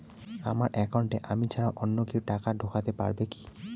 আমার একাউন্টে আমি ছাড়া অন্য কেউ টাকা ঢোকাতে পারবে কি?